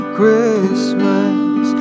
Christmas